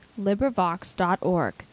LibriVox.org